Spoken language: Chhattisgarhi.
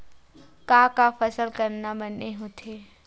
का का फसल करना बने होथे?